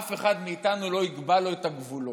אף אחד מאיתנו לא יקבע לו את הגבולות,